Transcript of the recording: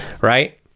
right